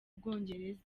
bwongereza